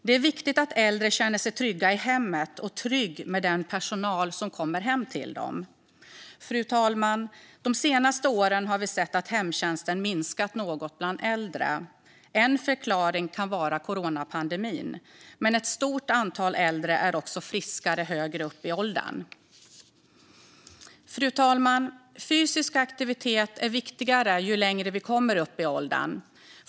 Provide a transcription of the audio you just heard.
Det är också viktigt att äldre känner sig trygga i hemmet och med den personal som kommer hem till dem. Fru talman! Vi har de senaste åren sett att hemtjänsten minskat något bland äldre. En förklaring kan vara coronapandemin. Men ett stort antal äldre är också friskare högre upp i åldern. Fysisk aktivitet är viktigare ju högre upp i åldern vi kommer.